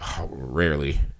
Rarely